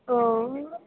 औ